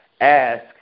ask